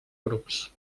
grups